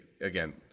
again